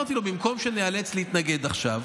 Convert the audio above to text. במקום שניאלץ להתנגד עכשיו,